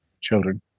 children